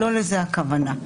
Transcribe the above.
לא לזה הכוונה פה.